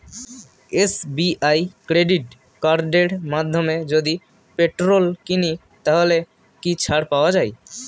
SBI credit কার্ডের মাধ্যমে যদি পেট্রোল কিনি তাহলে কি ছাড় পাওয়া যায়?